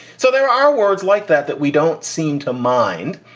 so there are words like that that we don't seem to mind.